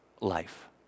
life